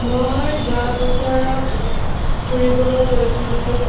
মই যোৱা বছৰত ফুৰিবলৈ গৈছিলোঁ